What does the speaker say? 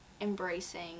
embracing